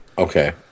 Okay